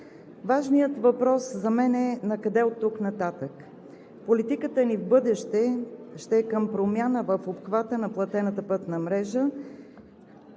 Важният въпрос за мен е: накъде оттук нататък? Политиката ни в бъдеще ще е към промяна в обхвата на платената пътна мрежа,